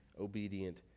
obedient